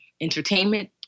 entertainment